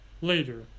Later